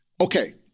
Okay